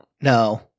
no